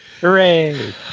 Hooray